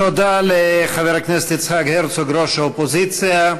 תודה לחבר הכנסת יצחק הרצוג, ראש האופוזיציה,